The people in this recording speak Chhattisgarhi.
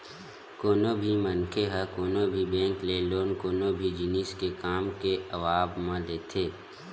कोनो भी मनखे ह कोनो भी बेंक ले लोन कोनो भी जिनिस के काम के आवब म लेथे